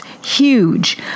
huge